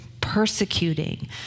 persecuting